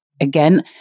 Again